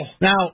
Now